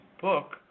book